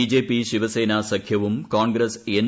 BJP Shiv Sena സഖ്യവും Congress N